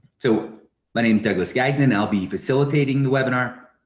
so my name's douglas gagnon, and i'll be facilitating the webinar.